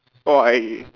oh I